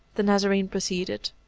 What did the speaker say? the nazarene proceeded.